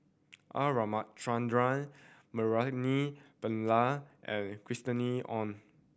R Ramachandran Naraina Pilla and Christina Ong